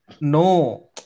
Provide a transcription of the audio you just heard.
No